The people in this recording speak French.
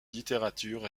littérature